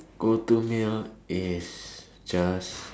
go to meal is just